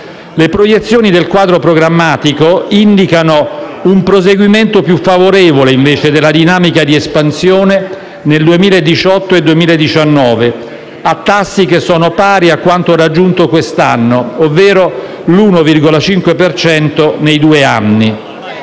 Le proiezioni del quadro programmatico indicano un proseguimento più favorevole, invece, della dinamica di espansione nel 2018 e 2019 a tassi pari a quanto raggiunto quest'anno, ovvero l'1,5 per cento